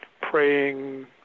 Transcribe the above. praying